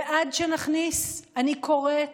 ועד שנכניס, אני קוראת